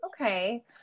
Okay